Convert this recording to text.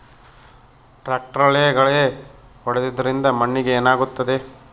ಟ್ರಾಕ್ಟರ್ಲೆ ಗಳೆ ಹೊಡೆದಿದ್ದರಿಂದ ಮಣ್ಣಿಗೆ ಏನಾಗುತ್ತದೆ?